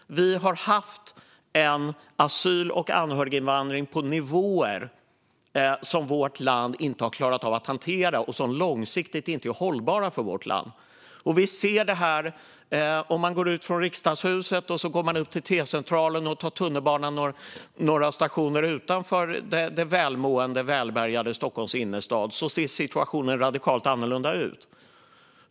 Vi har haft en asyl och anhöriginvandring på nivåer som vårt land inte har klarat av att hantera och som långsiktigt inte är hållbara för vårt land. Vi ser det här om vi går ut från Riksdagshuset, går upp till T-centralen och tar tunnelbanan några stationer utanför det välmående och välbärgade Stockholms innerstad. Där ser situationen radikalt annorlunda ut.